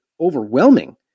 overwhelming